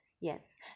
yes